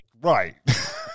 Right